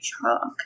chalk